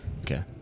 Okay